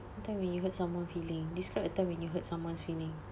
time when you hurt someone feeling describe a time when you hurt someone's feeling